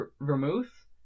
vermouth